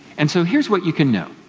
and so here's what you can know,